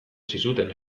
zizuten